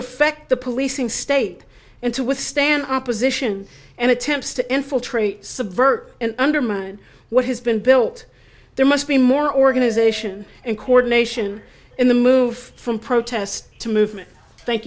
affect the policing state and to withstand opposition and attempts to infiltrate subvert and undermine what has been built there must be more organization in coordination in the move from protest to movement thank